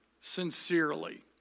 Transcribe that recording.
sincerely